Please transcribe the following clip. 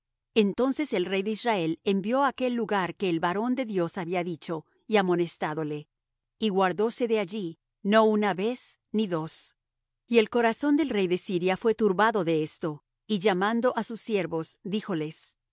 entonces el rey de israel envió á aquel lugar que el varón de dios había dicho y amonestádole y guardóse de allí no una vez ni dos y el corazón del rey de siria fué turbado de esto y llamando á sus siervos díjoles